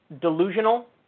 delusional